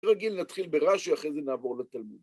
כרגיל נתחיל ברש"י ואחרי זה נעבור לתלמוד.